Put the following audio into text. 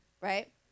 right